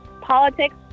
politics